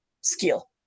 skill